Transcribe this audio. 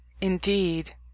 Indeed